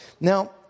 Now